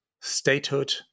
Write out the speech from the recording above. statehood